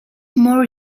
more